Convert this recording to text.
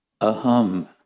aham